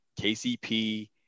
KCP